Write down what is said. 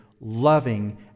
loving